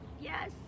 yes